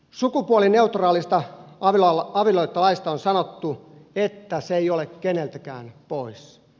sukupuolineutraalista avioliittolaista on sanottu että se ei ole keneltäkään pois